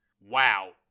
Wow